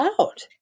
out